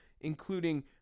including